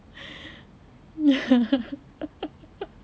ya